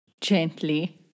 gently